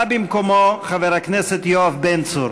בא במקומו חבר הכנסת יואב בן צור.